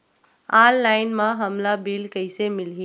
Online म हमला bill कइसे मिलही?